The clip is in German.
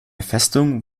festung